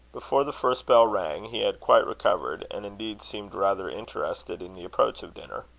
before the first bell rang, he had quite recovered, and indeed seemed rather interested in the approach of dinner.